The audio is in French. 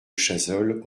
chazolles